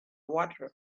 water